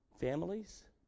families